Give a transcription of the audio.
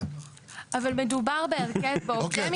אבל מדובר בהרכב, בעובדי משרדים.